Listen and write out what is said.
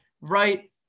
right